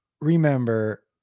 remember